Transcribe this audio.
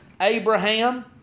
Abraham